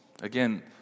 Again